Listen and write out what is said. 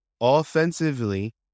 offensively